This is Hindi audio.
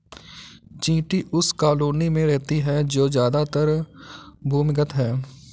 चींटी उस कॉलोनी में रहती है जो ज्यादातर भूमिगत है